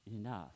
Enough